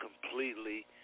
completely